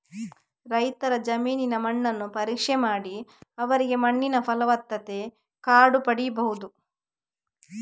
ರೈತರ ಜಮೀನಿನ ಮಣ್ಣನ್ನು ಪರೀಕ್ಷೆ ಮಾಡಿ ಅವರಿಗೆ ಮಣ್ಣಿನ ಫಲವತ್ತತೆ ಕಾರ್ಡು ಪಡೀಬಹುದು